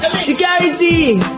Security